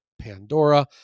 Pandora